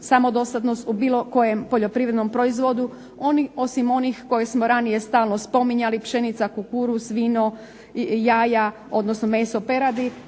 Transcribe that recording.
samodostatnost u bilo kojem poljoprivrednom proizvodu osim onih koje smo ranije stalno spominjali pšenica, kukuruz, vino, jaja, odnosno meso peradi.